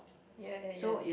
ya ya yes